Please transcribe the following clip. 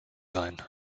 sein